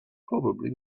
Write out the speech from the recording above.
probably